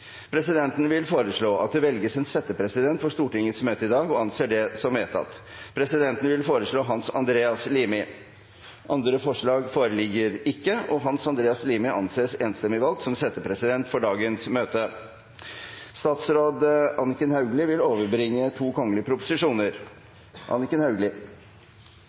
Presidenten vil foreslå at det velges en settepresident for Stortingets møte i dag – og anser det som vedtatt. Presidenten vil foreslå Hans Andreas Limi. – Andre forslag foreligger ikke, og Hans Andreas Limi anses enstemmig valgt som settepresident for dagens møte. Representanten Marianne Marthinsen vil